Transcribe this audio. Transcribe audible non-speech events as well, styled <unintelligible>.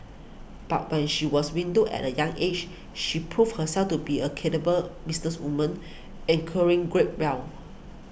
but when she was widowed at a young aged she proved herself to be a <unintelligible> businesswoman acquiring great well